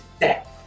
death